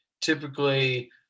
typically